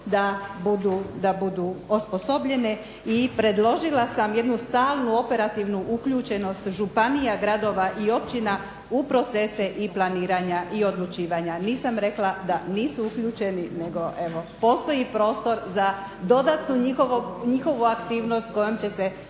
da budu osposobljene. I predložila sam jednu stalnu operativnu uključenost županija, gradova i općina u procese i planiranja i odlučivanja. Nisam rekla da nisu uključeni nego evo postoji prostor za dodatnu njihovu aktivnost kojom će se poboljšati